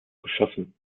geschossen